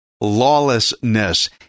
lawlessness